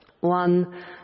one